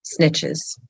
Snitches